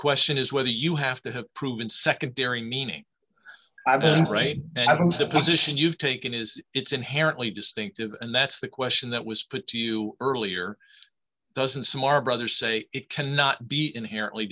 question is whether you have to have proven secondary meaning right adams the position you've taken is it's inherently distinctive and that's the question that was put to you earlier doesn't smar brother say it cannot be inherently